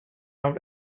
out